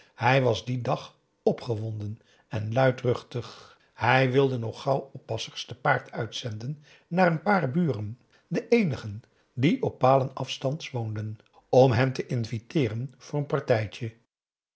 hij was dien dag opgewonden en luidp a daum hoe hij raad van indië werd onder ps maurits ruchtig hij wilde nog gauw oppassers te paard uitzenden naar een paar buren de eenigen en die op palen afstands woonden om hen te inviteeren voor een partijtje